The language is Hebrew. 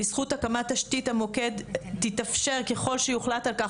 בזכות הקמת תשתית המוקד תתאפשר ככל שיוחלט על כך